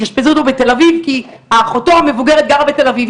בתל אביב כי אחותו המבוגרת גרה בתל אביב,